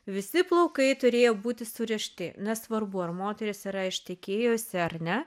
visi plaukai turėjo būti surišti nesvarbu ar moteris yra ištekėjusi ar ne